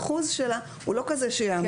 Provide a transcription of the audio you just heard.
האחוז שלה הוא לא כזה שיעמיס על המערכת.